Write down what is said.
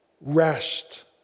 rest